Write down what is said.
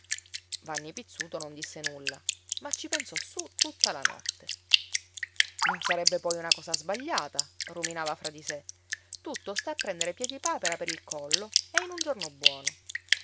vanni pizzuto non disse nulla ma ci pensò su tutta la notte non sarebbe poi una cosa sbagliata ruminava fra di sé tutto sta a prendere piedipapera per il collo e in un giorno buono